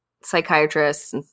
psychiatrists